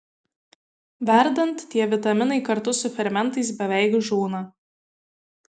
verdant tie vitaminai kartu su fermentais beveik žūna